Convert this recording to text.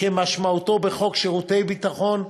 כמשמעותו בחוק שירות ביטחון ,